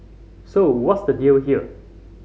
so what's the deal here